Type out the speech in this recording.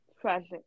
Tragic